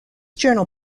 journal